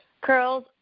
Curls